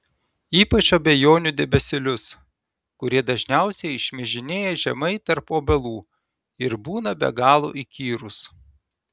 ypač abejonių debesėlius kurie dažniausiai šmižinėja žemai tarp obelų ir būna be galo įkyrūs